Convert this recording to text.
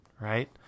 Right